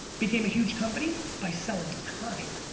became a huge company by selling time,